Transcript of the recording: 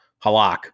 Halak